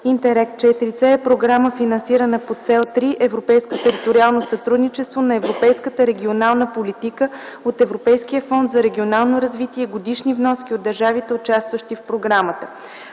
„ИНТЕРРЕГ IVC” е програма, финансирана по Цел 3 „Европейско териториално сътрудничество” на европейската регионална политика от Европейския фонд за регионално развитие и годишни вноски от държавите, участващи в програмата.